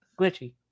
glitchy